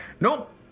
nope